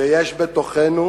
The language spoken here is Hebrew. ויש בתוכנו